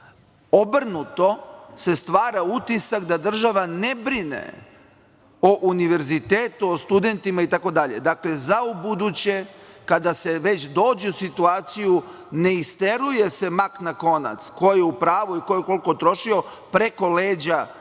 Obrnuto se stvara utisak da država ne brine o univerzitetu, o studentima itd. Dakle, za ubuduće, kada se već dođe u situaciju, ne isteruje se mak na konac ko je u pravu i ko je koliko trošio, preko leđa